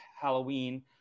halloween